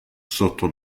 sotto